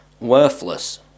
worthless